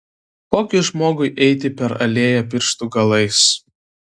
ko gi žmogui eiti per alėją pirštų galais